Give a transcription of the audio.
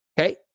Okay